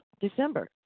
December